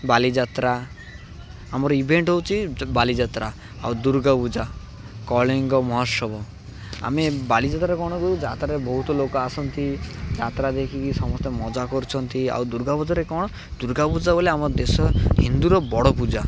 ବାଲିଯାତ୍ରା ଆମର ଇଭେଣ୍ଟ ହେଉଛି ବାଲିଯାତ୍ରା ଆଉ ଦୁର୍ଗା ପୂଜା କଳିଙ୍ଗ ମହୋତ୍ସବ ଆମେ ବାଲିଯାତ୍ରାରେ କ'ଣ କରୁ ଯାତ୍ରାରେ ବହୁତ ଲୋକ ଆସନ୍ତି ଯାତ୍ରା ଦେଖିକି ସମସ୍ତେ ମଜା କରୁଛନ୍ତି ଆଉ ଦୁର୍ଗା ପୂଜରେ କ'ଣ ଦୁର୍ଗା ପୂଜା ବୋଇଲେ ଆମ ଦେଶ ହିନ୍ଦୁର ବଡ଼ ପୂଜା